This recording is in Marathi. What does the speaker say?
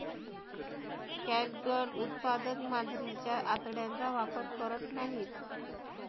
कॅटगट उत्पादक मांजरीच्या आतड्यांचा वापर करत नाहीत